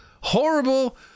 horrible